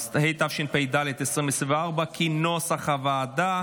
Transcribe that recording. התשפ"ד 2024, כנוסח הוועדה.